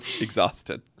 exhausted